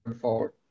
forward